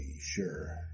sure